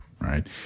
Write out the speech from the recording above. right